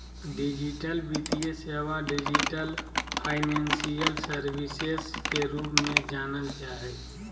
digital वित्तीय सेवा, digital financial services के रूप में जानल जा हइ